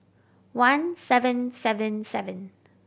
one seven seven seven